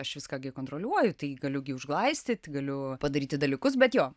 aš viską gi kontroliuoju tai galiu gi užglaistyt galiu padaryti dalykus bet jo